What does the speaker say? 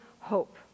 hope